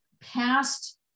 past